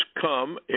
come